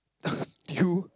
you